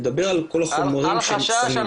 אל חשש,